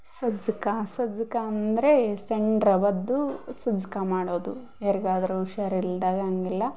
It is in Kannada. ಸಜ್ಜಕ ಸಜ್ಜಕ ಅಂದರೆ ಸಣ್ಣ ರವೇದ್ದು ಸಜ್ಕ ಮಾಡೋದು ಯಾರಿಗಾದರು ಹುಷಾರು ಇಲ್ದಾಗ ಹಂಗೆಲ್ಲ